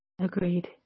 Agreed